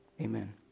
Amen